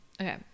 Okay